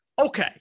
okay